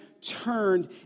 turned